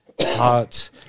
Hot